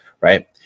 Right